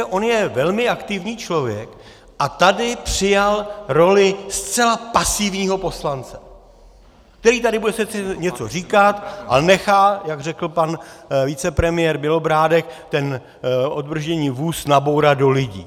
On je velmi aktivní člověk a tady přijal roli zcela pasivního poslance, který tady bude sice něco říkat, ale nechá, jak řekl pan vicepremiér Bělobrádek, ten odbrzděný vůz nabourat do lidí.